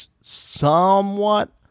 somewhat